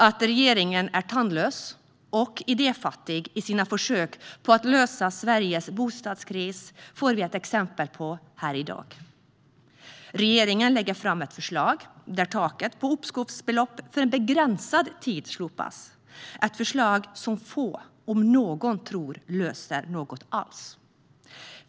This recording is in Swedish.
Att regeringen är tandlös och idéfattig i sina försök att lösa Sveriges bostadskris får vi ett exempel på här i dag. Regeringen lägger fram ett förslag där taket på uppskovsbeloppet slopas för en begränsad tid. Detta är ett förslag som få, om någon, tror löser någonting alls.